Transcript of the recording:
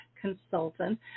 consultant